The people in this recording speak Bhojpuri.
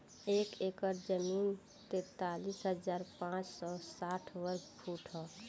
एक एकड़ जमीन तैंतालीस हजार पांच सौ साठ वर्ग फुट ह